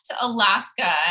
Alaska